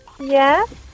Yes